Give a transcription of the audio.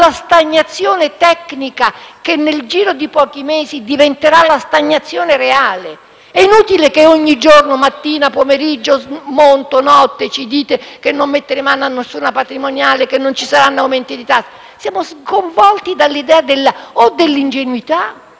una stagnazione tecnica che, nel giro di pochi mesi, diventerà reale. È inutile che ogni giorno - mattina, pomeriggio e notte - ci ripetiate che non metterete mano ad alcuna patrimoniale, che non ci saranno aumenti di tasse. Siamo sconvolti dall'idea di tale ingenuità,